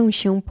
się